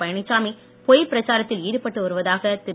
பழனிச்சாமி பொய் பிரச்சாரத்தில் ஈடுபட்டு வருவதாக திரு